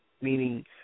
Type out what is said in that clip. meaning